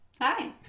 hi